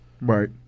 Right